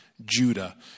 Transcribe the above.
Judah